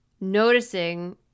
noticing